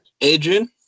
Adrian